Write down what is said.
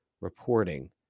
reporting